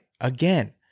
again